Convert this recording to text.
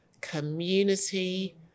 community